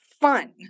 fun